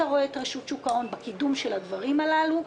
רואה את רשות שוק ההון בקידום של הדברים הללו,